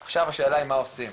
עכשיו, השאלה היא מה עושים,